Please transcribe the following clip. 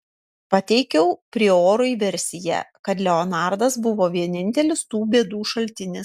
pateikiau priorui versiją kad leonardas buvo vienintelis tų bėdų šaltinis